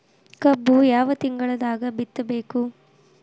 ಕಬ್ಬು ಯಾವ ತಿಂಗಳದಾಗ ಬಿತ್ತಬೇಕು?